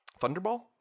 Thunderball